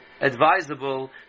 advisable